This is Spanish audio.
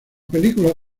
película